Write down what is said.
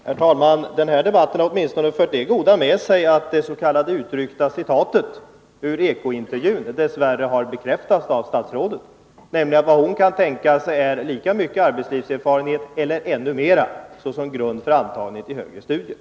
Herr talman! Den här debatten har åtminstone fört det med sig att det s.k. utryckta citatetur Eko-intervjun dess värre har bekräftats av statsrådet. Vad hon kan tänka sig är nämligen lika mycket eller ännu mer arbetslivserfarenhet än f. n. såsom grund för antagning till högre studier.